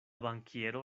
bankiero